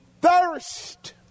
thirst